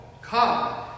come